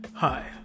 Hi